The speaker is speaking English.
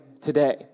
today